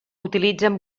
utilitzen